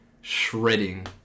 shredding